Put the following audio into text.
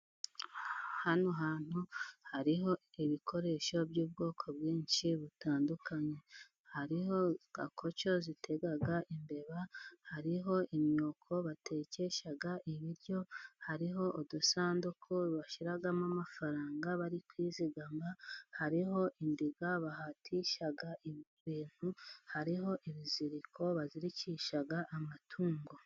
Hano hantu hariho ibikoresho by'ubwoko bwinshi butandukanye, hariho gakoco zitega imbeba, hariho imyuko batekesha ibiryo, hariho udusanduku bashyiramo amafaranga bari kwizigama, hariho indiga bahatisha ibintu, hariho ibiziriko bazirikisha amatungo.